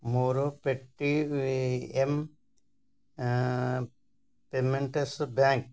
ମୋର Paytm payments bank